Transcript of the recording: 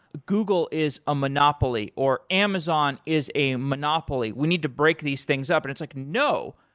google is a monopoly, or amazon is a monopoly. we need to break these things up. and it's like, no.